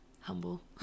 humble